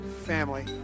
family